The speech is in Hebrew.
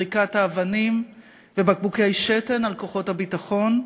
זריקת אבנים ובקבוקי שתן על כוחות הביטחון,